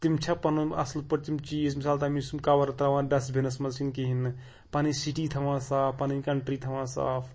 تِم چھا پَنُن اَصٕل پٲٹھۍ تِم چیٖز مِثال تٔمِس تِم کَوَر ترٛاوان ڈَسٹبِیٖنَس منٛز کِنہٕ کِہیٖنۍ نہٕ پَنٕنۍ سِٹی تھاوان صاف پَنٕنۍ کَنٹری تھاوان صاف